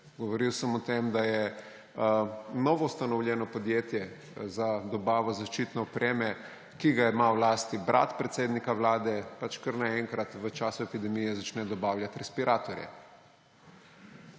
Govoril sem o tem, da je novoustanovljeno podjetje za dobavo zaščitne opreme, ki ga ima v lasti brat predsednika Vlade, kar naenkrat v času epidemije začne dobavljati respiratorje.